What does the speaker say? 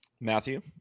Matthew